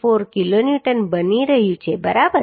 74 kilonewton બની રહ્યું છે બરાબર